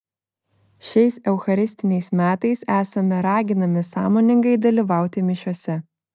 šiais eucharistiniais metais esame raginami sąmoningai dalyvauti mišiose